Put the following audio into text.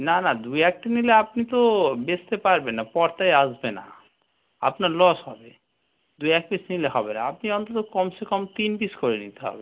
না না দু একটা নিলে আপনি তো বেচতে পারবেন না পড়তায় আসবে না আপনার লস হবে দু এক পিস নিলে হবে না আপনি অন্তত কমসে কম তিন পিস করে নিতে হবে